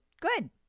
good